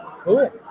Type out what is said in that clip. Cool